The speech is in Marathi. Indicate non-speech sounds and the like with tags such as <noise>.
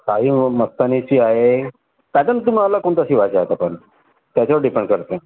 शाही मस्तानीची आहे पॅटन तुम्हाला कोणता शिवायचा आहे <unintelligible> त्याच्यावर डिपेंड करते